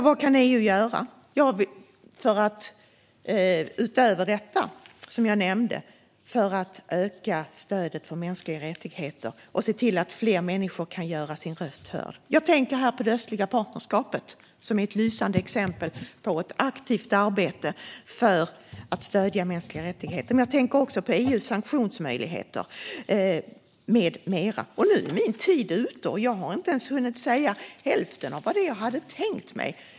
Vad kan EU då göra, utöver det jag nämnde, för att öka stödet för mänskliga rättigheter och se till att fler människor kan göra sina röster hörda? Jag tänker här på det östliga partnerskapet, som är ett lysande exempel på ett aktivt arbete för att stödja mänskliga rättigheter. Jag tänker också på EU:s sanktionsmöjligheter med mera. Nu är min tid ute, och jag har inte ens hunnit säga hälften av det jag hade tänkt.